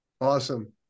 Awesome